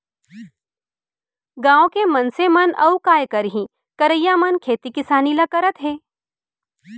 गॉंव के मनसे मन अउ काय करहीं करइया मन खेती किसानी ल करत हें